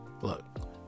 Look